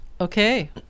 Okay